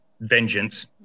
vengeance